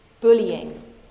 Bullying